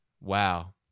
Wow